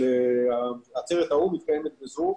עצרת האו"מ מתקיימת ב-זום,